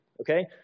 Okay